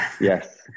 Yes